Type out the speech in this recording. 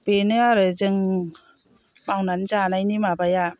बेनो आरो जों मावनानै जानायनि माबाया